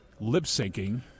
lip-syncing